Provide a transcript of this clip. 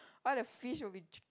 why the fish will be ju~